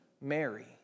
Mary